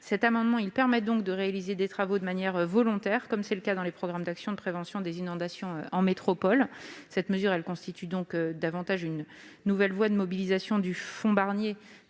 Cet amendement permet de réaliser des travaux de manière volontaire, comme c'est le cas dans les programmes d'actions de prévention des inondations en métropole. Il s'agit donc d'une nouvelle voie de mobilisation du fonds Barnier,